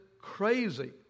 crazy